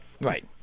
Right